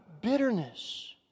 bitterness